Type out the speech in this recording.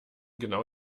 genau